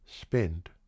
spent